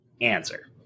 answer